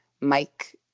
Mike